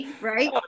right